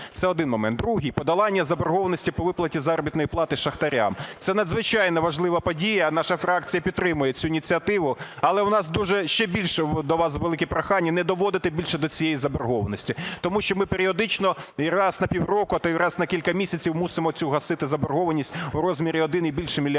Це один момент. Другий. Подолання заборгованості по виплаті заробітної плати шахтарям. Це надзвичайно важлива подія. Наша фракція підтримує цю ініціативу. Але у нас дуже… ще більше до вас, велике прохання не доводити більше до цієї заборгованості. Тому що ми періодично (раз на пів року, а то й раз на кілька місяців) мусимо цю гасити заборгованість у розмірі один